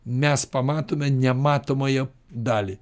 mes pamatome nematomąją dalį